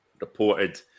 reported